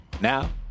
Now